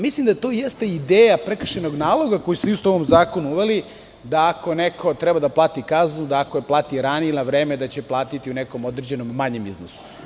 Mislim da to jeste ideja prekršajnog naloga koji smo isto u ovom zakonu uveli, da ako neko treba da plati kaznu, da ako je plati ranije ili na vreme, da će platiti u nekom određenom manjem iznosu.